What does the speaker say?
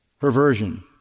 perversion